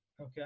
Okay